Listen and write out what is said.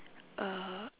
uh